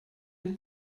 den